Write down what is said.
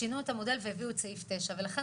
שינו את המודל והביאו את סעיף 9. ולכן